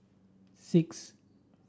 six